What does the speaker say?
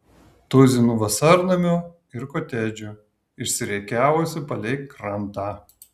tuzinų vasarnamių ir kotedžų išsirikiavusių palei krantą